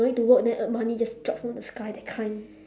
don't need to work then money just drop from the sky that kind